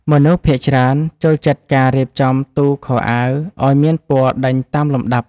មនុស្សភាគច្រើនចូលចិត្តការរៀបចំទូខោអាវឱ្យមានពណ៌ដេញតាមលំដាប់។